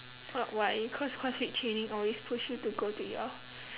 what why cause crossfit training always push you to go to your